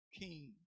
king